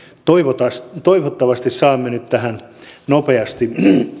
nyt toivottavasti saamme tähän nopeasti